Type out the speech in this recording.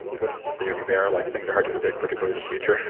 with the yogi bear, like things are hard to predict particularly the future.